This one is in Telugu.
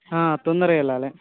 తొందరగా వెళ్ళాలి